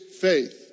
faith